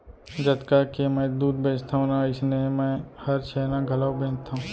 जतका के मैं दूद बेचथव ना अइसनहे मैं हर छेना घलौ बेचथॅव